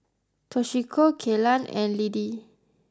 Toshiko Kelan and Lidie